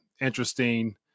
interesting